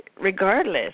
regardless